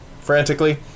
frantically